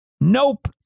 nope